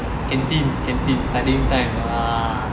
canteen canteen studying time !wah!